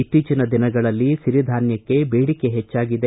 ಇತ್ತೀಚಿನ ದಿನಗಳಲ್ಲಿ ಸಿರಿಧಾನ್ಯಕ್ಷೆ ಬೇಡಿಕೆ ಹೆಚ್ಚಾಗಿದೆ